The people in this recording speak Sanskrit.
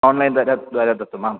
आन्लैन् द्वारा दत्तं वा